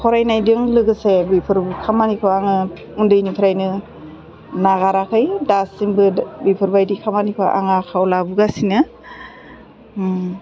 फरायनायजों लोगोसे बेफोर खामानिखौ आङो उन्दैनिफ्रायनो नागाराखै दासिमबो बेफोरबायदि खामानिखौ आं आखायाव लाबोगासिनो